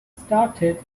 started